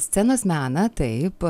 scenos meną taip